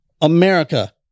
America